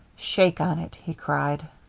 shake on it! he cried.